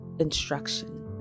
instruction